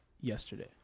Yesterday